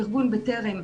ארגון "בטרם",